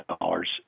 dollars